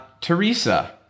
Teresa